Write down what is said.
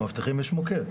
מאבטחים יש מוקד,